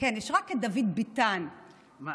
כן, יש רק את דוד ביטן, מתוך,